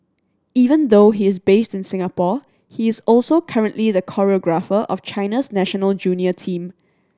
even though he is based in Singapore he is also currently the choreographer of China's national junior team